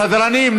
סדרנים,